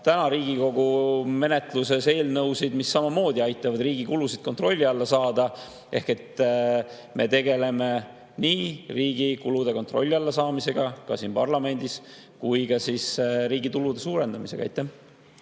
on Riigikogu menetluses eelnõusid, mis aitavad riigi kulusid kontrolli alla saada. Seega me tegeleme nii riigi kulude kontrolli alla saamisega, seda ka siin parlamendis, kui ka riigi tulude suurendamisega.